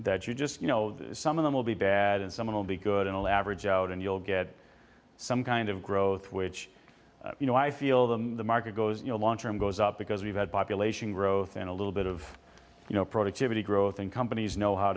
that you just you know some of them will be bad and some will be good and average out and you'll get some kind of growth which you know i feel them the market goes you know long term goes up because we've had population growth and a little bit of you know productivity growth in companies know how